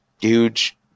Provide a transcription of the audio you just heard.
huge